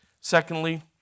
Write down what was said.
Secondly